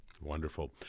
Wonderful